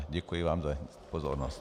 Děkuji vám za pozornost.